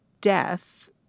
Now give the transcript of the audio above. death